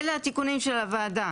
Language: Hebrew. אלה התיקונים של הוועדה.